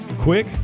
Quick